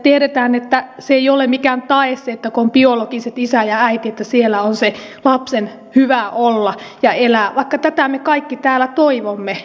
tiedetään että se ei ole mikään tae että kun on biologiset isä ja äiti siellä on sen lapsen hyvä olla ja elää vaikka tätä me kaikki täällä toivomme